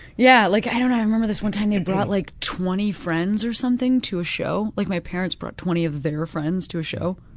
yeah like i i remember this time, they brought like twenty friends or something to a show, like my parents brought twenty of their friends to a show.